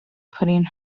putting